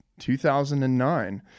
2009